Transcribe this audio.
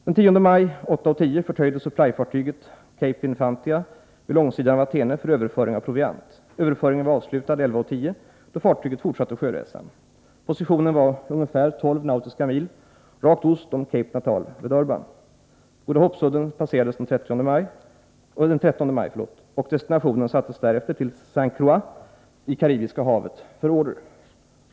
Den 10 maj kl. 08.10 förtöjde supply-fartyget Cape Infantia vid långsidan av Athene för överföring av proviant. Överföringen var avslutad kl. 11.10, då fartyget fortsatte sjöresan. Positionen var ungefär 12 nautiska mil rakt ost om Cape Natal vid Durban. Godahoppsudden passerades den 13 maj, och destinationen sattes därefter till S:t Croix i Karibiska havet för order.